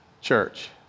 church